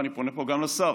ואני פונה גם לשר,